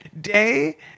day